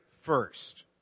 first